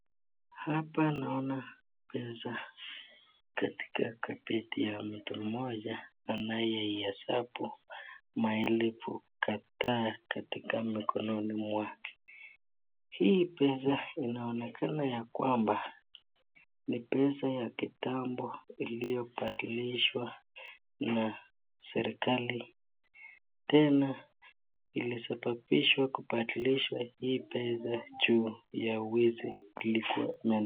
Hapa naona picha katika kabeti ya mtu mmoja anayeihesabu maelfu kadhaa katika mkononi mwake. Hii pesa inaonekana ya kwamba ni pesa ya kitambo iliyobadilishwa na serikali tena ilisababishwa kubadilishwa hii pesa juu ya uwizi ilikuwa ime